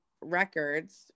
records